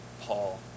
Paul